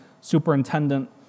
superintendent